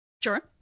Sure